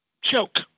choke